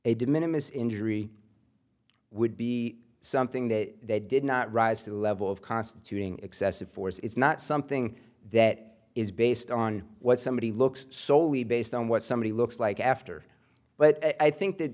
de minimus injury would be something that they did not rise to the level of constituting excessive force it's not something that is based on what somebody looks soley based on what somebody looks like after but i think that